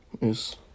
Yes